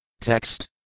Text